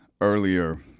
earlier